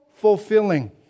fulfilling